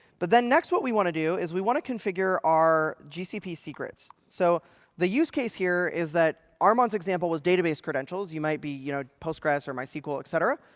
but then next, what we want to do is we want to configure our gcp secrets. so the use case here is that armon's example was database credentials. you might be you know postgres or mysql, et cetera.